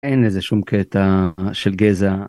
אין איזה שום קטע של גזע.